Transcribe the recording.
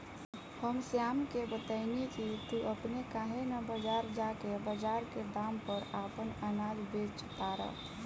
हम श्याम के बतएनी की तू अपने काहे ना बजार जा के बजार के दाम पर आपन अनाज बेच तारा